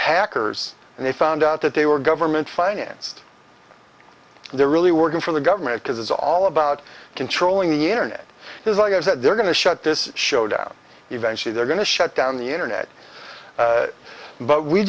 hackers and they found out that they were government financed they're really working for the government because it's all about controlling the internet is like is that they're going to shut this show down eventually they're going to shut down the internet but we